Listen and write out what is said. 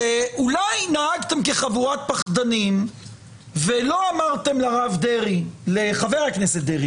אולי נהגתם כחבורת פחדנים ולא אמרתם לחבר הכנסת דרעי